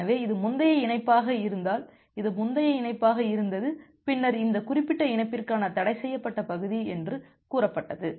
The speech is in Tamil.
எனவே இது முந்தைய இணைப்பாக இருந்தால் இது முந்தைய இணைப்பாக இருந்தது பின்னர் இந்த குறிப்பிட்ட இணைப்பிற்கான தடைசெய்யப்பட்ட பகுதி என்று கூறப்பட்டது